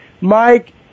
Mike